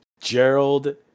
Gerald